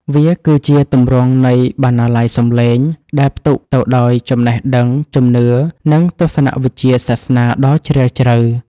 វាគឺជាទម្រង់នៃ បណ្ណាល័យសម្លេង ដែលផ្ទុកទៅដោយចំណេះដឹង ជំនឿ និងទស្សនវិជ្ជាសាសនាដ៏ជ្រាលជ្រៅ។